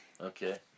Okay